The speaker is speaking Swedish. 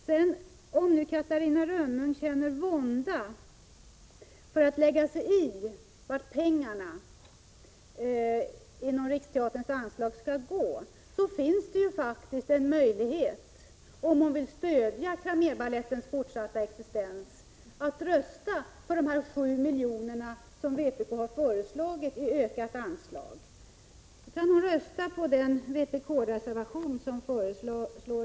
Känner nu Catarina Rönnung vånda för att lägga sig i vart pengarna inom Riksteaterns anslag skall gå, så finns det faktiskt möjlighet, om hon vill stödja Cramérbalettens fortsatta existens, att rösta för de här 7 miljonerna som vpk har föreslagit i ökat anslag. Hon kan rösta på den vpk-reservation där detta föreslås.